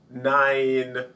nine